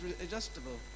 adjustable